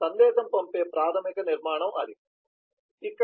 సందేశం పంపే ప్రాథమిక నిర్మాణం అది